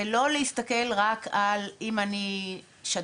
זה לא להסתכל על אם אני שתיתי,